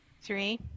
three